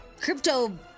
crypto